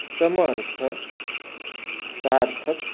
Samarth Sarthak